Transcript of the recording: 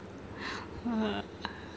uh